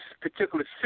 particular